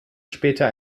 später